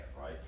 right